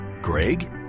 greg